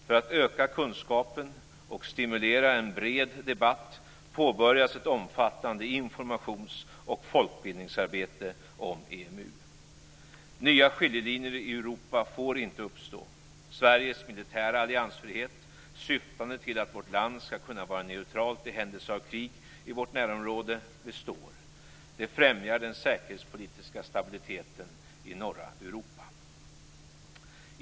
För att öka kunskapen och stimulera en bred debatt påbörjas ett omfattande informations och folkbildningsarbete om Nya skiljelinjer i Europa får inte uppstå. Sveriges militära alliansfrihet, syftande till att vårt land skall kunna vara neutralt i händelse av krig i vårt närområde, består. Det främjar den säkerhetspolitiska stabiliteten i norra Europa.